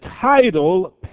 title